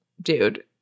dude